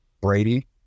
Brady